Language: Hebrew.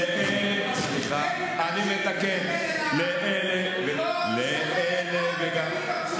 מאיר, בוא, תסתכל עליו ותגיד לו את הפסוקים.